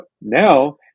Now